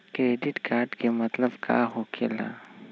Credit card के मतलब का होकेला?